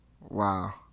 Wow